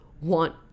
want